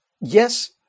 Yes